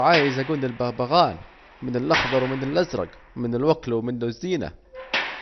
عايز اكون البغبغان، منه الاخضر ومنه الازرق، منه الوكل ومنه الزينة